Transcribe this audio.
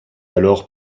alors